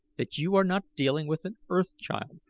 that you are not dealing with an earth child,